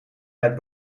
met